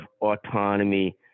autonomy